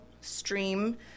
stream